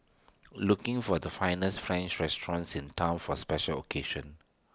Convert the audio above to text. looking for the finest French restaurants in Town for A special occasion